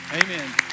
Amen